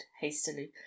hastily